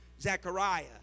Zechariah